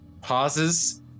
pauses